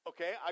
Okay